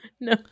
No